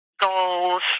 goals